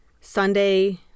Sunday